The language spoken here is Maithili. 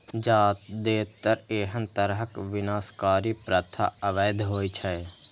जादेतर एहन तरहक विनाशकारी प्रथा अवैध होइ छै